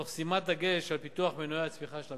תוך שימת דגש על פיתוח מנועי הצמיחה של המשק.